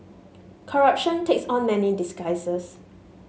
corruption takes on many guises